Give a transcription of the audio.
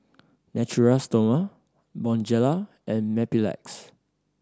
Natura Stoma Bonjela and Mepilex